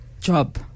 job